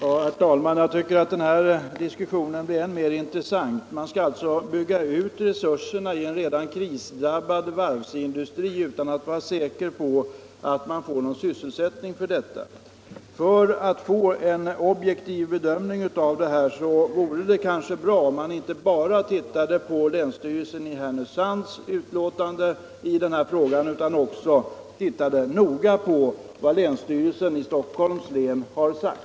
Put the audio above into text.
Herr talman! Jag tycker att den här diskussionen blir än mer intressant. Resurserna i den redan krisdrabbade varvsindustrin skall alltså byggas ut utan att man är säker på att det blir några sysselsättningstillfällen för pengarna. För att få en objektiv bedömning vore det kanske bra att inte bara tilla på länsstyrelsens i Härnösand utlåtande i frågan utan också titta noga på vad länsstyrelsen i Stockholms län har sapt.